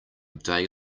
day